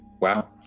Wow